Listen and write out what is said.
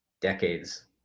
decades